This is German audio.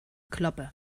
kloppe